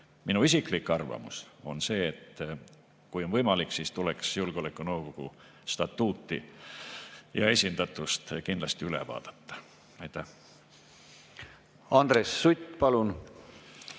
Minu isiklik arvamus on see, et kui on võimalik, siis tuleks julgeolekunõukogu statuut ja esindatus kindlasti üle vaadata. Aitäh! Hea Jüri!